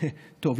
טוב,